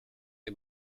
les